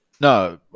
No